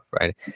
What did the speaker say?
right